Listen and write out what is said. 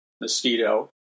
mosquito